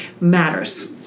matters